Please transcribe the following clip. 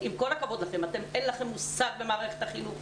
עם כל הכבוד לכם, אין לכם מושג במערכת החינוך.